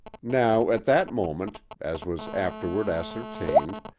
now, at that moment, as was afterward ascertained,